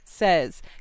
Says